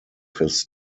his